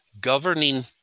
governing